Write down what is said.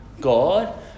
God